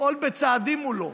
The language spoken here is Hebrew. לפעול בצעדים מולו.